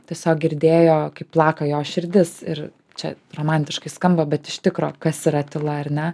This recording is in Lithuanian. tiesiog girdėjo kaip plaka jo širdis ir čia romantiškai skamba bet iš tikro kas yra tyla ar ne